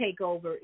takeover